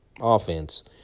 offense